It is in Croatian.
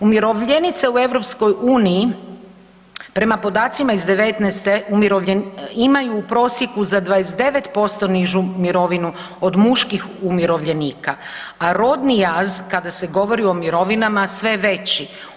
Umirovljenice u EU prema podacima iz '19. imaju u prosjeku za 29% nižu mirovinu od muških umirovljenika, a rodni jaz, kada se govori o mirovinama, sve je veći.